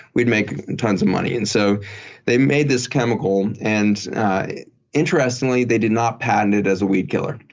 we'd make tons of money. and so they made this chemical. and interestingly, they did not patent it as a weed killer.